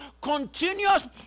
continuous